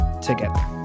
together